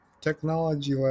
technology